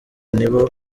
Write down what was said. nibo